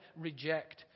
reject